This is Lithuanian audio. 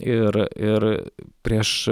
ir ir prieš